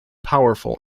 powerful